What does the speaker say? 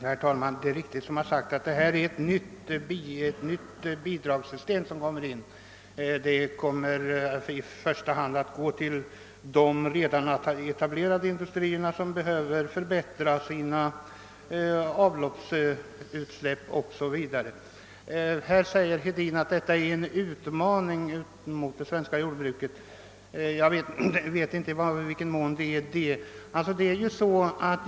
Herr talman! Det är riktigt som det har sagts att detta är ett nytt bidragssystem. Bidrag skall i första hand utgå till redan etablerade industrier som behöver förbättra sina avlopp. Herr Hedin säger att detta är en utmaning mot det svenska jordbruket. Jag vet inte vad den utmaningen skulle bestå i.